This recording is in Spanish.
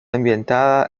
ambientada